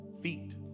feet